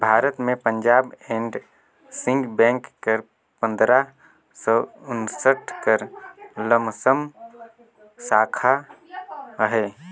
भारत में Punjab and Sindh bank कर पंदरा सव उन्सठ कर लमसम साखा अहे